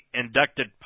inducted